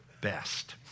best